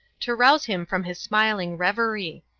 to rouse him from his smiling reverie.